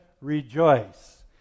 rejoice